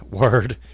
word